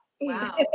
Wow